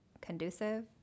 conducive